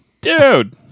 dude